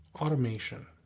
automation